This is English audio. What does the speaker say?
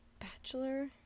Bachelor